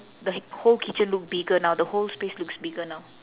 the whole kitchen look bigger now the whole space looks bigger now